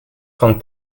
von